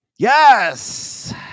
Yes